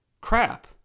crap